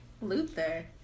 Luther